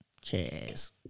Cheers